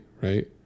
right